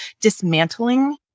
dismantling